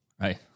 right